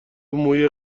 موی